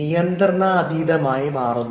നിയന്ത്രണാതീതമായി മാറുന്നു